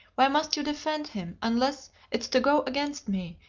why must you defend him, unless it's to go against me,